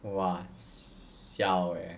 !wah! siao eh